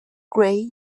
gray